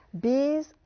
Bees